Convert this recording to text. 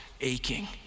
aching